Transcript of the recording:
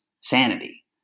sanity